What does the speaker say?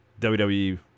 WWE